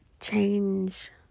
change